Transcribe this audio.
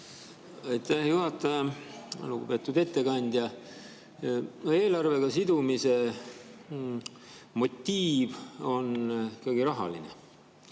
juhataja! Lugupeetud ettekandja! Eelarvega sidumise motiiv on ikkagi rahaline.